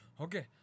Okay